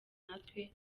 natwe